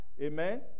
Amen